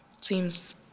Seems